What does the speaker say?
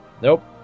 Nope